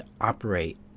operate